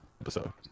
episode